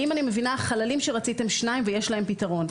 אם אני מבינה, יש שני חללים ויש להם פתרון.